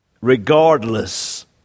Regardless